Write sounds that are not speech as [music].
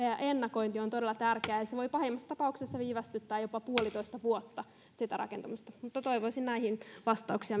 ennakointi on todella tärkeää ja se voi pahimmassa tapauksessa viivästyttää jopa yksi pilkku viisi vuotta sitä rakentamista toivoisin näihin vastauksia [unintelligible]